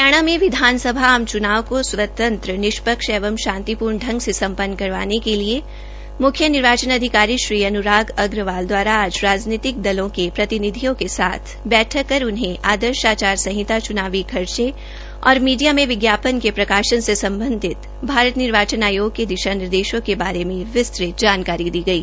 हरियाणा में विधानसभा आम चूनाव को स्वतंत्र निष्पक्ष व शांतिपूर्ण ांग से सम्पन्न करवाने के लिए म्ख्य निर्वाचन अधिकारी श्री अन्राग अग्रवाल दवारा आज राजनैतिक दलों के प्रतिनिधियों के साथ बैठक कर उन्हें आदर्श आचार संहिता च्नावी खर्च और मीडिया में विज्ञापन के प्रकाशन से संबंधित भारत निवार्चन आयोग के दिशा निर्देशों के बारे में विस्तृत जानकारी दी गई